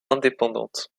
indépendantes